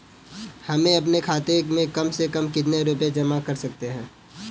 हम अपने खाते में कम से कम कितने रुपये तक जमा कर सकते हैं?